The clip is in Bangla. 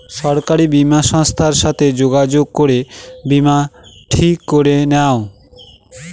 সরকারি বীমা সংস্থার সাথে যোগাযোগ করে বীমা ঠিক করে নাও